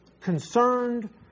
concerned